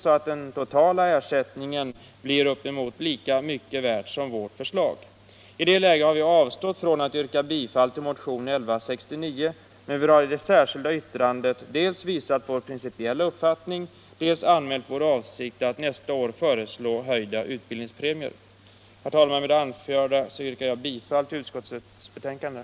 så att den totala ersättningen blir ungefär lika mycket värd som enligt vårt förslag. I det läget har vi avstått från att yrka bifall till motionen 1169, men vi har i det särskilda yttrandet dels visat vår principiella uppfattning, dels anmält vår avsikt att nästa år föreslå höjda utbildningspremier.